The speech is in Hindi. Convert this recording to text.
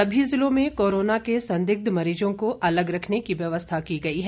सभी जिलों में कोरोना के संदिग्ध मरीजों को अलग रखने की व्यवस्था की गई है